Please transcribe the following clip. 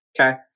Okay